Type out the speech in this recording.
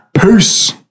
peace